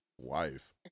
wife